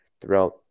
throughout